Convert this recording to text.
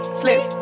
slip